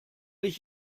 ich